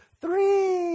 three